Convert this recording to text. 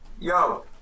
Yo